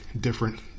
different